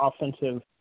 offensive